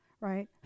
right